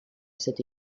cette